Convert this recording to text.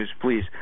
please